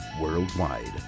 Worldwide